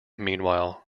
meanwhile